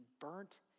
burnt